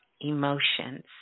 emotions